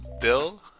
bill